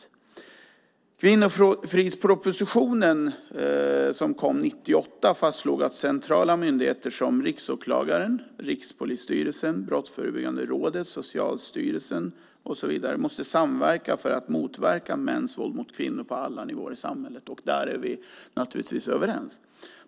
I kvinnofridspropositionen, som kom 1998, fastslogs att centrala myndigheter som Riksåklagaren, Rikspolisstyrelsen, Brottsförebyggande rådet, Socialstyrelsen och så vidare måste samverka för att motverka mäns våld mot kvinnor på alla nivåer i samhället. Där är vi naturligtvis överens.